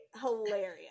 hilarious